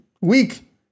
Weak